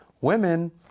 women